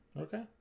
Okay